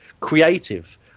creative